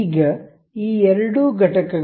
ಈಗ ಈ ಎರಡು ಘಟಕಗಳು